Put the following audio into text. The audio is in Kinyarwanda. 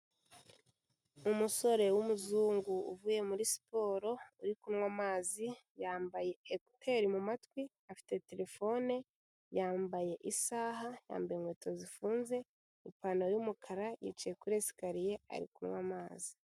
Umusore wumuzungu uvuye muri siporo, uri kunywa amazi yambaye ekuteri mu matwi, afite terefone, yambaye isaha, yambaye inkweto zifunze, ipantaro yumukara, yicaye kuri esikariye ari kunywa amazi.